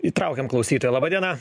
įtraukiam klausytoją laba diena